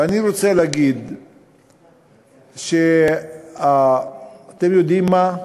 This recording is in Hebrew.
ואני רוצה להגיד ש, אתם יודעים מה,